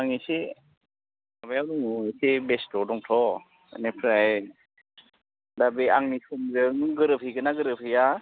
आं एसे माबायाव दङ एसे बेस्थ'आव दंथ' बेनिफ्राय दा बे आंनि समजों गोरोब हैगोनना गोरोब हैया